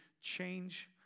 change